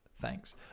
Thanks